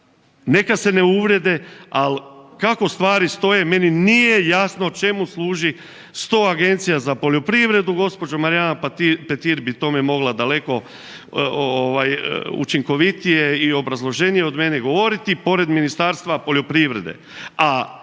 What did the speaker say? neka se ne uvrijede, ali kako stvari stoje meni nije jasno čemu služi 100 agencija za poljoprivredu gospođa Marijana Petir bi tome mogla daleko ovaj učinkovitije i obrazloženije od mene govoriti pored Ministarstva poljoprivrede.